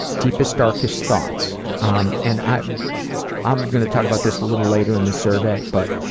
deepest darkest thoughts, um and, i'm i'm going to talk about this little later in the survey but